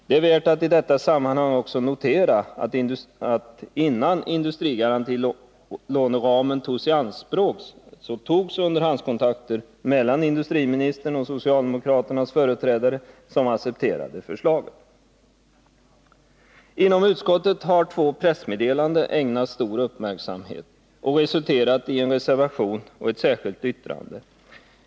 Det är värt att i detta sammanhang också notera att innan industrigarantilåneramen togs i anspråk togs underhandskontakter mellan industriministern och socialdemokraternas företrädare, som accepterade förslaget. Inom utskottet har två pressmeddelanden ägnats stor uppmärksamhet och resulterat i en reservation och ett särskilt yttrande.